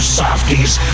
softies